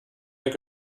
mehr